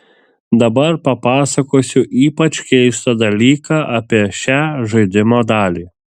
dabar papasakosiu ypač keistą dalyką apie šią žaidimo dalį